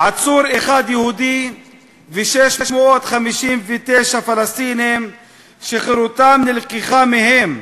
עצור אחד יהודי ו-659 פלסטינים שחירותם נלקחה מהם,